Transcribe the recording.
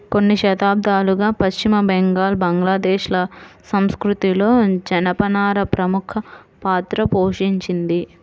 కొన్ని శతాబ్దాలుగా పశ్చిమ బెంగాల్, బంగ్లాదేశ్ ల సంస్కృతిలో జనపనార ప్రముఖ పాత్ర పోషించింది